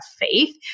faith